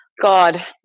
God